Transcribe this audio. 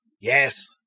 yes